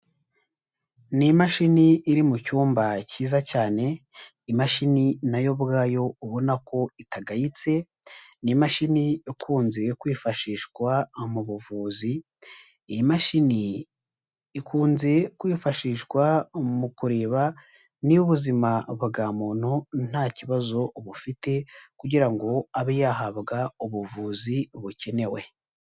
N'imashini iri mu cyumba cyiza cyane, imashini nayo ubwayo ubona ko itagayitse, n'imashini ikunze kwifashishwa mu buvuzi, iyi mashini ikunze kwifashishwa mu kureba niba ubuzima bwa muntu nta kibazo ubufite kugira ngo abe yahabwa ubuvuzi bukenewe.